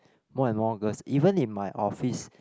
more and more girls even in my office